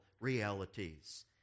realities